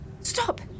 Stop